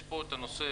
יש פה את הנושא,